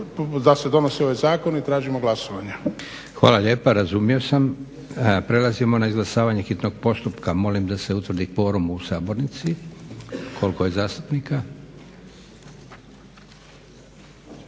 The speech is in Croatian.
da se donosi ovaj zakon i tražimo glasovanje. **Leko, Josip (SDP)** Hvala lijepa. Razumio sam. Prelazimo na izglasavanje hitnog postupka. Molim da se utvrdi kvorum u sabornici koliko je zastupnika.